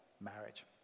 marriage